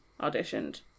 auditioned